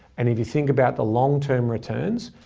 and if you think about the long-term returns,